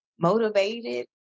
motivated